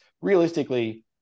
realistically